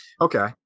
okay